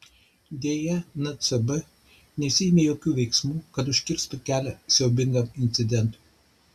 deja ncb nesiėmė jokių veiksmų kad užkirstų kelią siaubingam incidentui